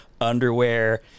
underwear